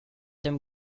them